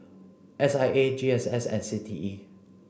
S I A G S S and C T E